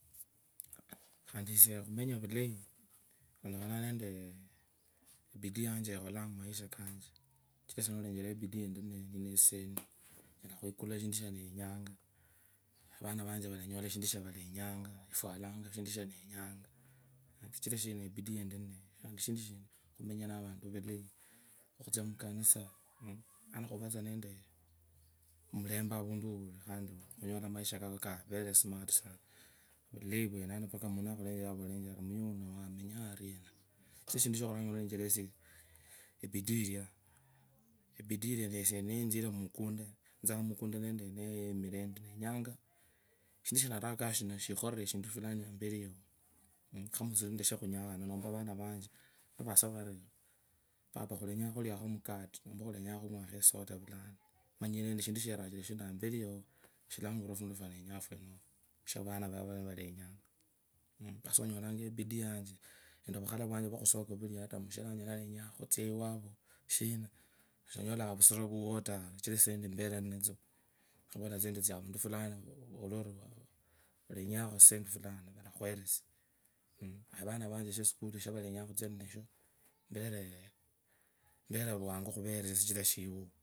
Khandi esie khumenya vulayi khulondakhano nendeee ebidi yekholanga numaisha kanje kachire esie nolenjera ebidi yendi ninayo nitatsisendi enyala khukuria eshundu shanenyanga avana vanje valanyola shindu shavalenyanga efwalanga eshindu shanenyanga kachira ebidi yendi ninayo alafu shindu shinti khumanye vantu vulayi khutsie mukanisa yani khuvetsa nende omulembe avundu wori khandi olanyola maisha kako kavese smart sana vulayi rwene mpaka omuntu nakhurechera avulenje ari muya wuna amenyanga ariena niunechera esie ebidi ilia ebidi ilia esie netsire mukunda etsitsanga mukunda neniyemire endi ndenyanga eshindu shanda vakanga shino shikhurire eshindu fulani amperi yao khamutsuri endeshe khunyakhana numba avanavanje nivasana vari papa khulenya khulikho mukate vulano nomba khulenyanga khung'wakho esuda vulano emanyire endishundu sherachire shino amberi yao shlangurira efundu fwanenya fwonofwa fwavana valenyanga sasa onyalalanga ebidi yanje nende ovukhala vwanje vwakhusuko vulia atamushere onyala khuva alenyanga khutsia iwavo sonyolanga vusiro vuwo taa kuchira tsisendi, nivereninatso, empolanga tsa endi tsaavundu fulani, ovure ori olenyakho tsisendi fulani valakhwelesia. Avana vanje shesukulu sinavalenyanga khusia ninasho, embares mbere vwangu khuveresia, sichira shiwa.